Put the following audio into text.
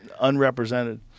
unrepresented